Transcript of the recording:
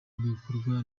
ibikorwa